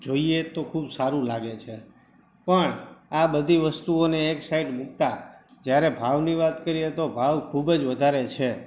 જોઈએ તો ખૂબ સારું લાગે છે પણ આ બધી વસ્તુઓને એક સાઈડ મૂકતાં જયારે ભાવની વાત કરીએ તો ભાવ ખૂબ જ વધારે છે